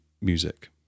music